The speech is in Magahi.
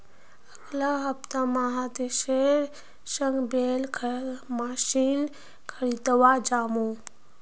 अगला हफ्ता महेशेर संग बेलर मशीन खरीदवा जामु